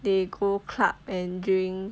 they go club and drink